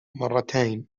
مرتين